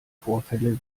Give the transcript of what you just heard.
vorfälle